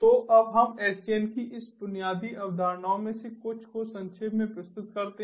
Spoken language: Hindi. तो अब हम SDN की इन बुनियादी अवधारणाओं में से कुछ को संक्षेप में प्रस्तुत करते हैं